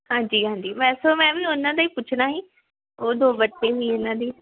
ਹਾਂਜੀ ਹਾਂਜੀ ਵੈਸੇ ਮੈਂ ਵੀ ਉਹਨਾਂ ਦਾ ਹੀ ਪੁੱਛਣਾ ਸੀ ਉਹ ਦੋ ਬੱਚੇ ਸੀ ਉਹਨਾਂ ਦੀ